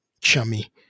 chummy